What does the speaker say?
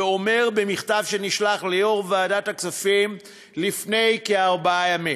ואומר במכתב שנשלח ליושב-ראש ועדת הכספים לפני כארבעה ימים: